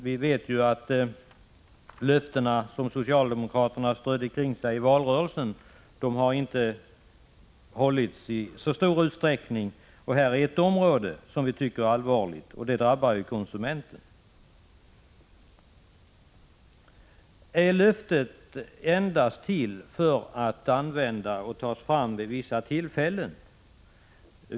Vi vet att de löften som socialdemokraterna strödde omkring sig i valrörelsen inte hållits i så stor utsträckning. Här är ett område som vi tycker är allvarligt och som drabbar konsumenten. Är löftet endast till för att användas och tas fram vid vissa tillfällen?